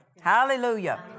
Hallelujah